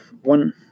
One